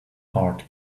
heart